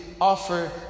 offer